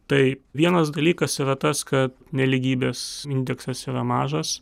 tai vienas dalykas yra tas kad nelygybės indeksas yra mažas